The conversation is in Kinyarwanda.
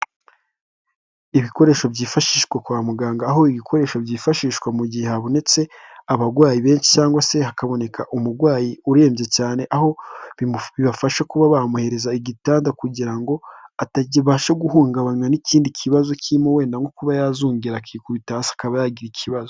Ibikoresho byifashishwa kwa muganga, aho ibi bikoresho byifashishwa mu gihe habonetse abarwayi benshi cyangwa se hakaboneka umurwayi urembye cyane, aho bibafasha kuba bamuhereza igitanda kugira ngo atabasha guhungabanywa n'ikindi kibazo kirimo nko kuba wenda kuba yazungera akikubita hasi akaba yagira ikibazo.